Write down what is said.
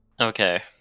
Okay